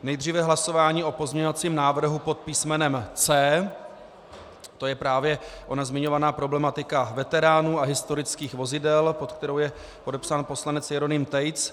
Nejdříve hlasování o pozměňovacím návrhu pod písmenem C, to je právě ona zmiňovaná problematika veteránů a historických vozidel, pod kterou je podepsán poslanec Jeroným Tejc.